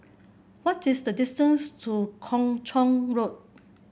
what is the distance to Kung Chong Road